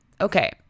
okay